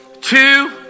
two